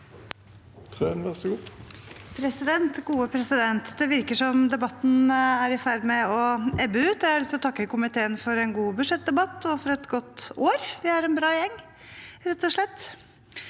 Det virker som om debatten er i ferd med å ebbe ut. Jeg har lyst til å takke komiteen for en god budsjettdebatt og for et godt år. Vi er en bra gjeng, rett og slett.